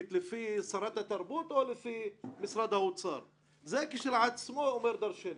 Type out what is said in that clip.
עוד לפני שעשינו את הסרטים כי היא קראה לנו בשמות כמו שמאלנים